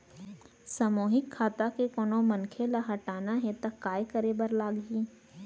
सामूहिक खाता के कोनो मनखे ला हटाना हे ता काय करे बर लागही?